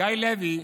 גיא לוי,